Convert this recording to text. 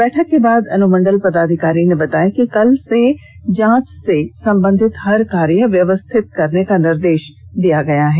बैठक के बाद अनुमंडल पदाधिकारी ने बताया कि कल से जांच से संबंधित हर कार्य व्यवस्थित करने का निर्देश दिया गया है